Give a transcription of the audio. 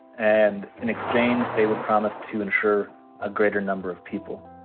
and in exchange, they would promise to insure a greater number of people.